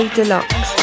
Deluxe